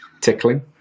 tickling